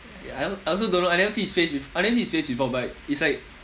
ya I also I also don't know I never see his face bef~ I never see his face before but it's like